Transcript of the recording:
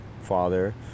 father